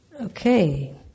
Okay